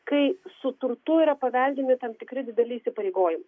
kai su turtu yra paveldimi tam tikri dideli įsipareigojimai